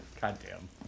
Goddamn